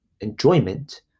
enjoyment